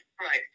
right